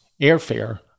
airfare